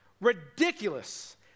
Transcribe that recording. ridiculous